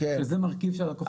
שזה מרכיב שהלקוחות כן ביקשו.